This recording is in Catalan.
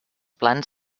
plans